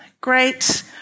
great